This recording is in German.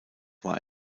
war